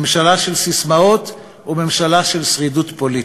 ממשלה של ססמאות וממשלה של שרידות פוליטית.